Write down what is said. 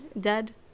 Dead